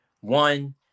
One